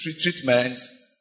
treatments